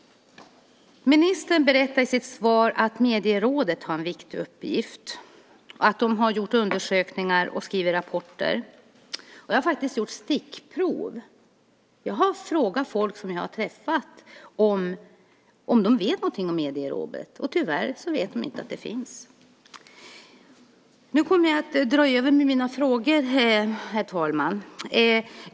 Ministern berättar i sitt svar att Medierådet har en viktig uppgift. De har gjort undersökningar och skrivit rapporter. Jag har faktiskt gjort stickprov. Jag har frågat folk som jag har träffat om de vet någonting om Medierådet, och tyvärr vet de inte att det finns. Herr talman!